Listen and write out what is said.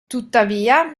tuttavia